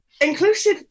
Inclusive